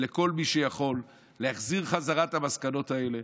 ולכל מי שיכול: להחזיר בחזרה את המסקנות האלה,